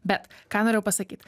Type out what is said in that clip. bet ką norėjau pasakyt